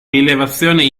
rilevazione